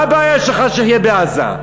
מה הבעיה שלך שיהיה אתה בעזה?